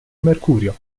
mercurio